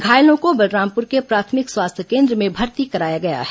घायलों को बलरामपुर के प्राथमिक स्वास्थ्य केन्द्र में भर्ती कराया गया है